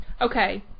Okay